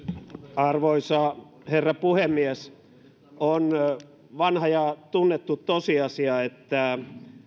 arvoisa herra puhemies on vanha ja tunnettu tosiasia että